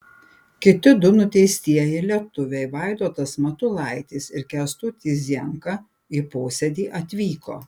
kiti du nuteistieji lietuviai vaidotas matulaitis ir kęstutis zienka į posėdį atvyko